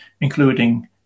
including